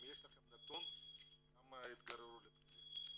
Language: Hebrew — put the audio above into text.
אם יש לכם נתון כמה נגררו לפלילים.